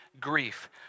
grief